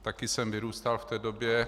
Taky jsem vyrůstal v té době.